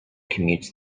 commutes